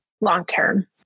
long-term